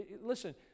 listen